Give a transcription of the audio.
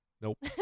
Nope